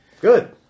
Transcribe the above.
Good